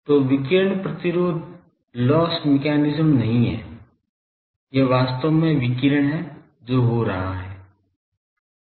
तो विकिरण प्रतिरोध लॉस मैकेनिज्म नहीं है यह वास्तव में विकिरण है जो हो रहा है